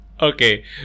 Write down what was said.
Okay